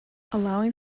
allowing